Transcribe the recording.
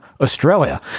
australia